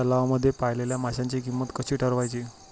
तलावांमध्ये पाळलेल्या माशांची किंमत कशी ठरवायची?